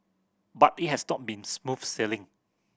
but it has been smooth sailing